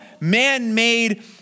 man-made